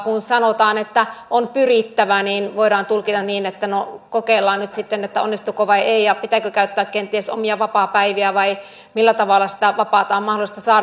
kun sanotaan että on pyrittävä niin voidaan tulkita niin että no kokeillaan nyt sitten onnistuuko vai ei ja pitääkö käyttää kenties omia vapaapäiviä vai millä tavalla sitä vapaata on mahdollista saada